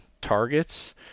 targets